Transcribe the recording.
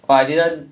but I didn't